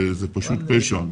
זה פשוט פשע.